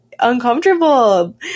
uncomfortable